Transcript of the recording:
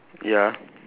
ya